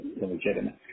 illegitimate